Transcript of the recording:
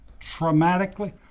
traumatically